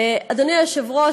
אדוני היושב-ראש,